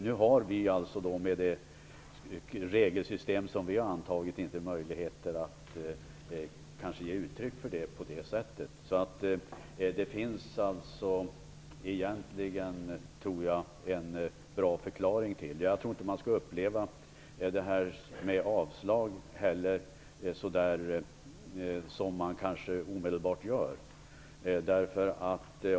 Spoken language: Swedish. Men har vi med det regelsystem som vi antagit inte möjligheter att ge uttryck för det. Det finns alltså en bra förklaring till det. Jag tycker inte heller att man skall uppfatta detta med avslag så som man kanske omedelbart gör.